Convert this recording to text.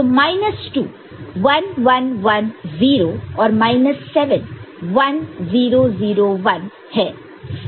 तो माइनस 2 1 1 1 0 है और माइनस 7 1 0 0 1 है